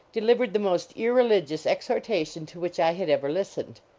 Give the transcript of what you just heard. delivered the most irreligious exhorta tion to which i had ever listened.